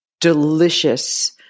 delicious